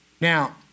Now